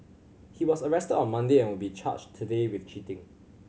he was arrested on Monday and will be charged today with cheating